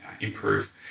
improve